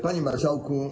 Panie Marszałku!